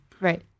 Right